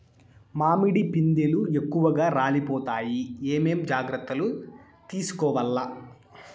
మామిడి పిందెలు ఎక్కువగా రాలిపోతాయి ఏమేం జాగ్రత్తలు తీసుకోవల్ల?